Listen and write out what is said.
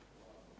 Hvala.